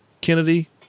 kennedy